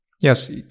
Yes